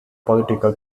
political